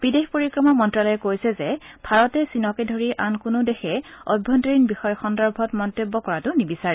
বিদেশ পৰিক্ৰমা মন্তালয়ে কৈছে যে ভাৰতে চীনকে ধৰি আন কোনো দেশে অভ্যন্তৰীণ বিষয় সন্দৰ্ভত মন্তব্য কৰাটো নিবিচাৰে